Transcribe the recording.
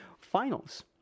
finals